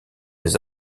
les